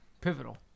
Pivotal